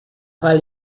vale